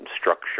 structure